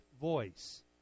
voice